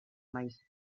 maiz